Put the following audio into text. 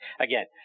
Again